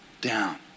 down